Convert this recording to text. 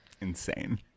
Insane